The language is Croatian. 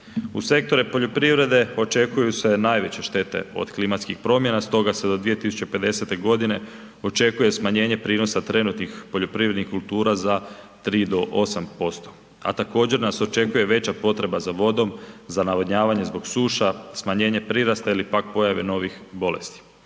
U sektore poljoprivrede očekuju se najveće štete od klimatskih promjena stoga se do 2050.-te godine očekuje smanjenje prinosa trenutnih poljoprivrednih kultura za 3 do 8%, a također nas očekuje veća potreba za vodom, za navodnjavanje zbog suša, smanjenje prirasta ili pak pojave novih bolesti.